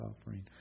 offering